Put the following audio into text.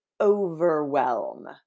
overwhelm